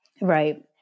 Right